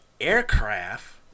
aircraft